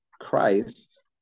Christ